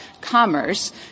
commerce